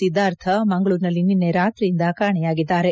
ಸಿದ್ದಾರ್ಥ ಮಂಗಳೂರಿನಲ್ಲಿ ನಿನ್ನೆ ರಾತ್ರಿಯಿಂದ ಕಾಣೆಯಾಗಿದ್ದಾರೆ